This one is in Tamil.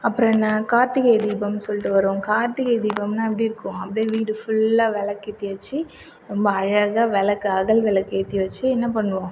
அப்புறம் என்ன கார்த்திகை தீபம் சொல்லிட்டு வரும் கார்த்திகை தீபம்னால் எப்படி இருக்கும் அப்படியே வீடு ஃபுல்லாக விளக்கு ஏற்றி வச்சு ரொம்ப அழகாக விளக்கு அகல் விளக்கு ஏற்றி வச்சு என்ன பண்ணுவோம்